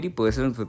personal